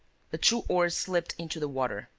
the two oars slipped into the water.